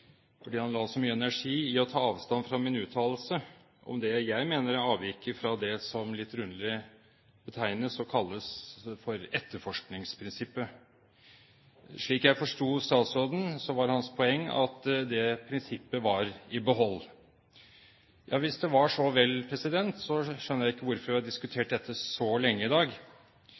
fordi han la så mye energi i å ta avstand fra min uttalelse om det jeg mener er avviket fra det som litt rundlig betegnes som og kalles for etterforskningsprinsippet. Slik jeg forsto statsråden, var hans poeng at det prinsippet var i behold. Ja, hvis det var så vel, så skjønner jeg ikke hvorfor vi har diskutert dette så lenge i dag.